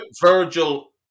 Virgil